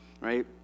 right